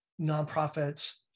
nonprofits